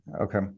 Okay